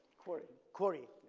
quarry. quarry.